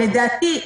לדעתי,